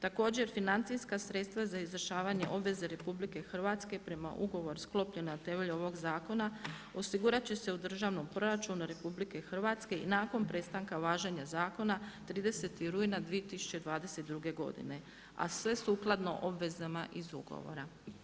Također financijska sredstva za izvršavanje obveza RH prema ugovoru sklopljenom na temelju ovog zakona osigurati će se u državnom proračunu RH i nakon prestanka važenja zakona 30. rujna 2022. godine a sve sukladno obvezama iz ugovora.